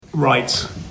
Right